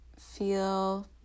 feel